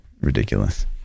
ridiculous